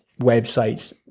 websites